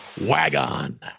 Wagon